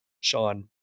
Sean